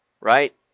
right